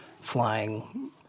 flying